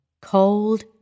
Cold